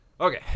okay